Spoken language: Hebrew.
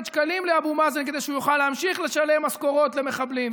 שקלים לאבו מאזן כדי שהוא יוכל להמשיך לשלם משכורות למחבלים,